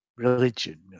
religion